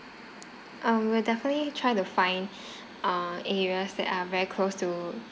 um we will definitely try to find uh areas that are very close to